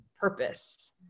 purpose